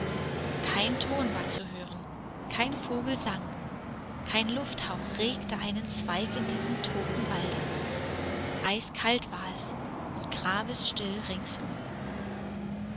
kein ton war zu hören kein vogel sang kein lufthauch regte einen zweig in diesem toten walde eisekalt war es und grabesstill ringsum